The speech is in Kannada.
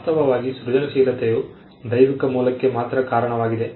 ವಾಸ್ತವವಾಗಿ ಸೃಜನಶೀಲತೆಯು ದೈವಿಕ ಮೂಲಕ್ಕೆ ಮಾತ್ರ ಕಾರಣವಾಗಿದೆ